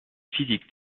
physiques